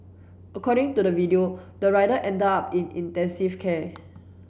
according to the video the rider ended up in intensive care